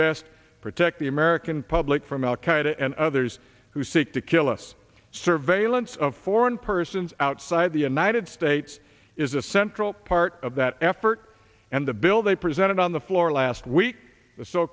best protect the american public from al qaeda and others who seek to kill us surveillance of foreign persons outside the united states is a central part of that effort and the bill they presented on the floor last week